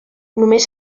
només